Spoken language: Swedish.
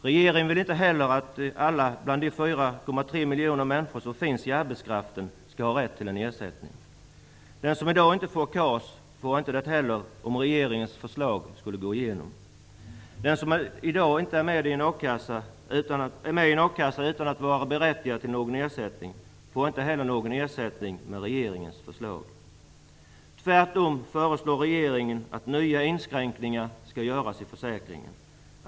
Regeringen vill inte heller att alla, bland de 4,3 miljoner människor som finns i arbetskraften, skall ha rätt till en ersättning. Den som i dag inte får KAS får det inte heller om regeringens förslag skulle gå igenom. Den som i dag är med i en a-kassa utan att vara berättigad till någon ersättning får inte heller någon ersättning med regeringens förslag. Tvärtom föreslår regeringen att nya inskränkningar skall göras i försäkringen.